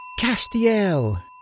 Castiel